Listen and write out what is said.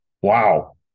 wow